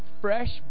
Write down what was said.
fresh